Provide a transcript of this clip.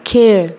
खेळ